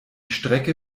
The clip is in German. strecke